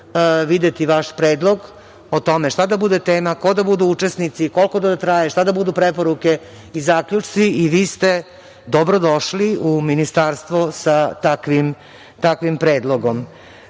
videti vaš predlog o tome šta da bude tema, ko da budu učesnici, koliko to da traje, šta da budu preporuke i zaključci i vi ste dobrodošli u Ministarstvo sa takvim predlogom. Poslednja